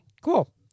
Cool